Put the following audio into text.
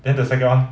then the second one